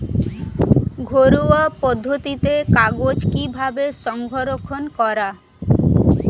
ঘরোয়া পদ্ধতিতে গাজর কিভাবে সংরক্ষণ করা?